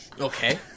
Okay